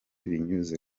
binyuze